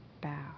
bow